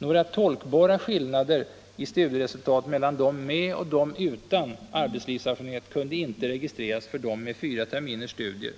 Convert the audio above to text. Några tolkbara skillnader i studieresultat mellan dem med och dem utan arbetslivserfarenhet kunde inte registreras för dem med fyra terminers studier.